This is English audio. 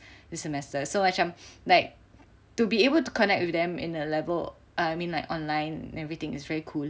this semester so I macam like to be able to connect with them in a level err I mean like online everything is very cool